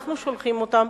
אנחנו שולחים אותם,